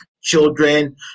children